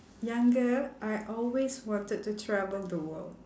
younger I always wanted to travel the world